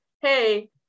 hey